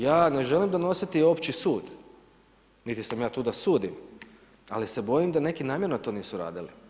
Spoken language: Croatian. Ja ne želim donositi opći sud, niti sam ja tu da sudim, ali se bojim da neki namjerno to nisu radili.